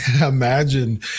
Imagine